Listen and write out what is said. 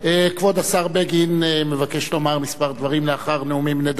כבוד השר בגין מבקש לומר כמה דברים לאחר נאומים בני דקה.